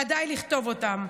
ודאי לכתוב אותן,